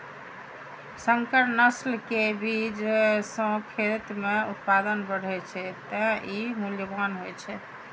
संकर नस्ल के बीज सं खेत मे उत्पादन बढ़ै छै, तें ई मूल्यवान होइ छै